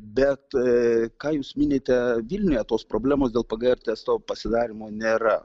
bet ką jūs minite vilniuje tos problemos dėl pgr testo pasidarymo nėra